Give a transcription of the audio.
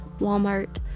Walmart